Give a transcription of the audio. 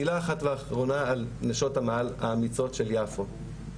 מילה אחת אחרונה, על נשות המאהל האמיצות של יפו.